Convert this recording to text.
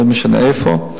לא משנה איפה,